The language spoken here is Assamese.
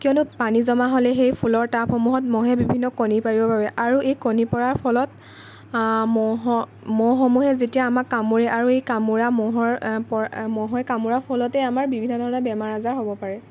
কিয়নো পানী জমা হ'লে সেই ফুলৰ টাবসমূহত মহে বিভিন্ন কণী পাৰিব পাৰে আৰু এই কণী পৰাৰ ফলত মহৰ মহসমূহে যেতিয়া আমাক কামোৰে আৰু এই কামোৰা মহৰ পৰা মহে কামোৰা ফলতেই আমাৰ বিভিন্ন ধৰণৰ বেমাৰ আজাৰ হ'ব পাৰে